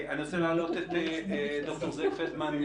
אני רוצה להעלות את ד"ר זאב פלדמן,